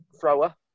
Thrower